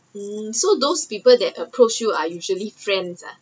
mm so those people that approached you are usually friends ah